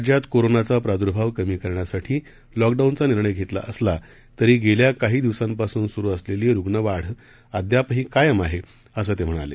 राज्यात कोरोनाचा प्रादुर्भाव कमी करण्यासाठी लॉकडाऊनचा निर्णय घेतला असला तरी गेल्या काही दिवसांपासून सुरु असलेली रुग्णवाढ अद्यापही कायम आहे असं ते म्हणाले